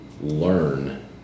learn